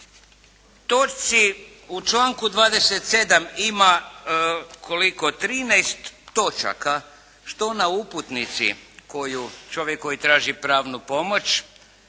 U članku 27. ima koliko, 13 točaka što na uputnici koju čovjek koji traži pravnu pomoć